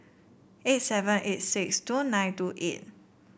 eight seven eight six two nine two eight